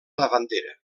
davantera